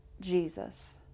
Jesus